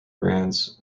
blends